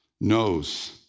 knows